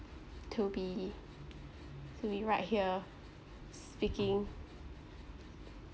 to be to be right here s~ speaking